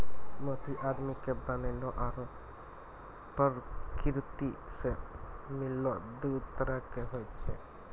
मोती आदमी के बनैलो आरो परकिरति सें मिललो दु तरह के होय छै